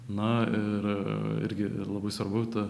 na ir irgi labai svarbu ta